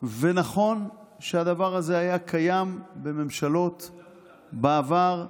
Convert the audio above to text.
ונכון שהדבר הזה היה קיים בממשלות בעבר.